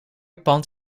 pand